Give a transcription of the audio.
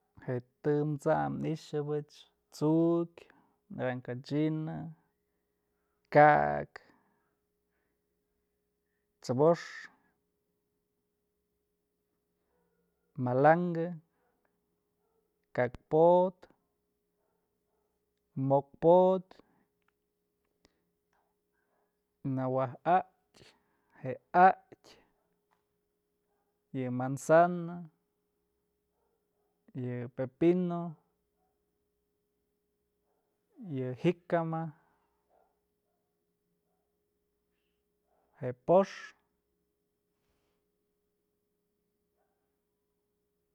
Je'e tëm t'sam ixëbëch t'sukyë, naranja china, ka'akë, t'sëbox, malankë, ka'ak po'odë, mo'ok po'odë, nawaj atyë, je'e atyë, yë manzana, yë pepino, yë jicama, je'e pox.